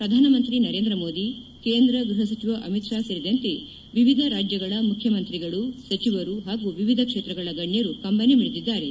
ಪ್ರಧಾನಮಂತ್ರಿ ನರೇಂದ್ರ ಮೋದಿ ಕೇಂದ್ರ ಗ್ವಹ ಸಚಿವ ಅಮಿತ್ ಶಾ ಸೇರಿದಂತೆ ವಿವಿಧ ರಾಜ್ಯಗಳ ಮುಖ್ಯಮಂತ್ರಿಗಳು ಸಚಿವರು ಹಾಗೂ ವಿವಿಧ ಕ್ಷೇತ್ರಗಳ ಗಣ್ಯರು ಕಂಬನಿ ಮಿಡಿದಿದ್ದಾರೆ